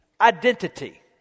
identity